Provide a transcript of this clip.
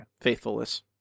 Faithfulness